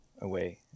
away